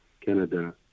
Canada